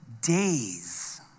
days